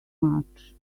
march